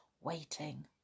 waiting